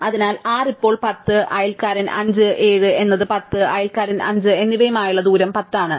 അതിനാൽ 6 ഇപ്പോൾ 10 അയൽക്കാരൻ 5 7 എന്നത് 10 അയൽക്കാരൻ 5 എന്നിവയുമായുള്ള ദൂരം 10 ആണ്